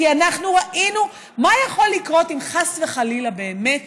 כי אנחנו ראינו מה יכול לקרות אם חס וחלילה באמת